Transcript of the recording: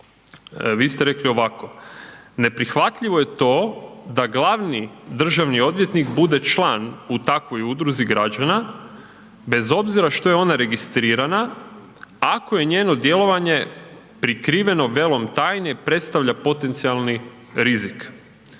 Vi ste rekli ovako: „Neprihvatljivo je to da glavni državni odvjetnik bude član u takvoj udruzi građana bez obzira što je ona registrirana ako je njeno djelovanje prikriveno velom tajne i predstavlja potencijalni rizik.